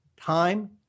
time